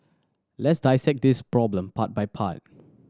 let's dissect this problem part by part